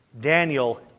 Daniel